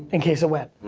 in case it went?